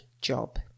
job